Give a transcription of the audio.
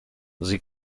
sie